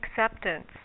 acceptance